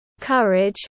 courage